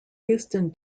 houston